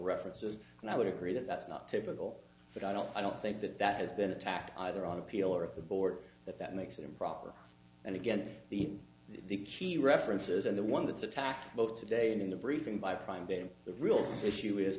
references and i would agree that that's not typical but i don't i don't think that that has been attacked either on appeal or of the board that that makes it improper and again in the in the she references and the one that's attacked both today and in the briefing by prime data the real issue is